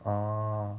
orh